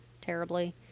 Terribly